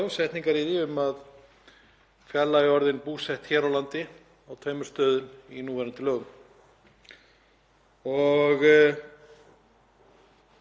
Það gætu margir spáð í það af hverju verið er að leggja fram svona lítið og einfalt frumvarp um eitthvert slíkt mál.